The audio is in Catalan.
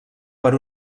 per